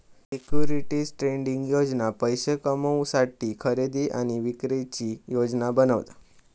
securities trading योजना पैशे कमवुसाठी खरेदी आणि विक्रीची योजना बनवता